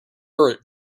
prefer